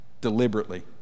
Deliberately